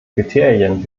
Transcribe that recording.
kriterien